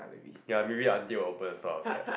ya maybe aunty will open a store outside